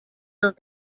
your